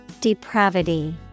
Depravity